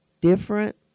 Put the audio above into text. different